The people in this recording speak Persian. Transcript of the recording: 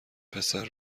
پسره